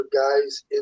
guys